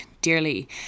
dearly